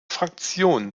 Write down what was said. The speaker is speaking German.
fraktion